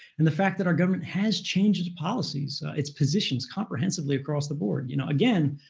and the fact that our government has changed its policies, its positions comprehensively across the board, you know, again,